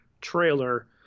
trailer